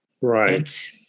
right